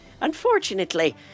Unfortunately